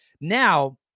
Now